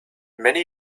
many